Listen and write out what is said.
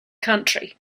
country